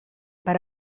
per